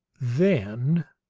then,